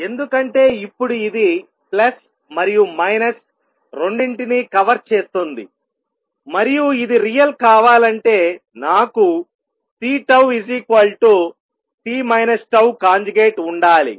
ఎందుకంటే ఇప్పుడు ఇది ప్లస్ మరియు మైనస్ రెండింటినీ కవర్ చేస్తుంది మరియు ఇది రియల్ కావాలంటే నాకు C C τ ఉండాలి